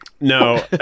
No